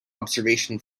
observation